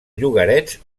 llogarets